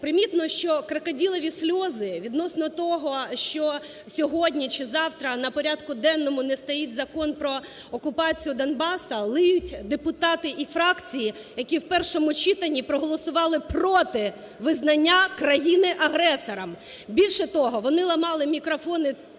Примітно, що крокодилові сльози відносно того, що сьогодні чи завтра на порядку денному не стоїть Закон про окупацію Донбасу, ллють депутати і фракції, які в першому читанні проголосували проти визнання країни агресором. Більше того, вони ламали мікрофони президії,